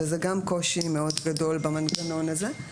וזה גם קושי מאוד גדול במנגנון הזה.